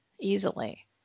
easily